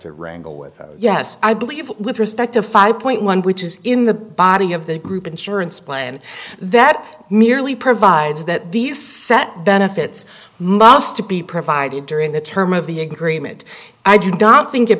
to wrangle with yes i believe with respect to five point one which is in the body of the group insurance plan that merely provides that these set benefits must be provided during the term of the agreement i do not think it